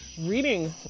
reading